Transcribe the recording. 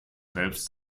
selbst